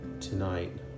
tonight